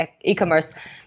e-commerce